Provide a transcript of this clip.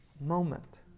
moment